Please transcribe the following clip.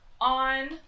on